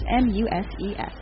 M-U-S-E-S